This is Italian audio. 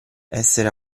essere